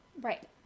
Right